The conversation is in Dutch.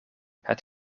het